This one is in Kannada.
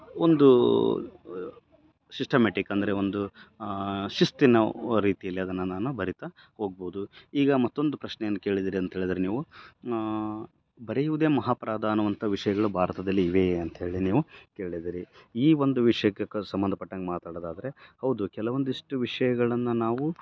ಒಂದು ಶಿಸ್ಟಮ್ಯಾಟಿಕ್ ಅಂದರೆ ಒಂದು ಶಿಸ್ತಿನ ರೀತಿಯಲ್ಲಿ ಅದನ್ನು ನಾನು ಬರೀತ ಹೋಗ್ಬೋದು ಈಗ ಮತ್ತೊಂದು ಪ್ರಶ್ನೇ ಏನು ಕೇಳಿದ್ರಿ ಅಂತೆಳಿದ್ರೆ ನೀವು ಬರಿಯುವುದೆ ಮಹಾ ಅಪರಾಧ ಅನ್ನುವಂಥ ವಿಷಯಗಳು ಭಾರತದಲ್ಲಿ ಇವೇ ಅಂತೇಳಿ ನೀವು ಕೇಳಿದ್ರಿ ಈ ಒಂದು ವಿಷಯಕ್ಕೆ ಸಂಬಂಧಪಟ್ಟಂಗೆ ಮಾತಾಡೋದಾದ್ರೆ ಹೌದು ಕೆಲವೊಂದಿಷ್ಟು ವಿಷಯಗಳನ್ನ ನಾವು